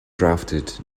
drafted